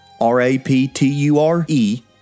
R-A-P-T-U-R-E